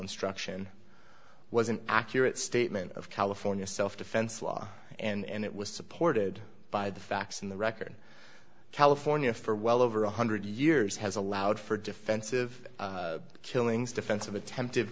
instruction was an accurate statement of california self defense law and it was supported by the facts in the record california for well over one hundred years has allowed for defensive killings defensive attempted